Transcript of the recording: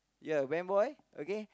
ya win boy okay